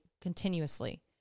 continuously